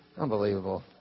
unbelievable